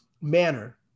manner